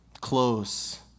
close